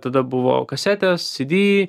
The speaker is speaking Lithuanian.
tada buvo kasetės cd